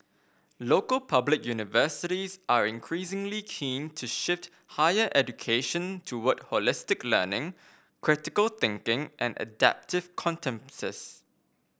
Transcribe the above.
local public universities are increasingly keen to shift higher education toward holistic learning critical thinking and adaptive